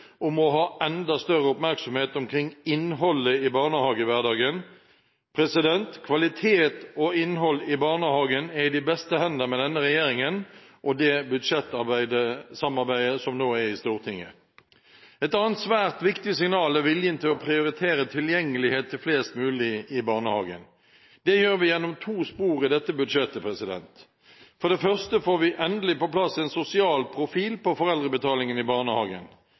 om å ha enda større oppmerksomhet om innholdet i barnehagehverdagen. Kvalitet og innhold i barnehagen er i de beste hender med denne regjeringen og det budsjettsamarbeidet som nå er i Stortinget. Et annet svært viktig signal er viljen til å prioritere tilgjengelighet til flest mulig i barnehagen. Det gjør vi gjennom to spor i dette budsjettet. For det første får vi endelig på plass en sosial profil på foreldrebetalingen i barnehagen.